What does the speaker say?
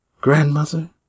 Grandmother